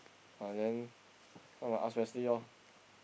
ah then so I want to ask Wesley lor